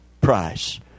price